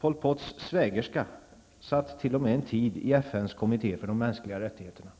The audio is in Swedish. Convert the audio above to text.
Pol Pots svägerska, satt t.o.m. en tid i FNs kommitté för de mänskliga rättigheterna.